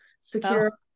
secure